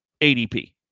ADP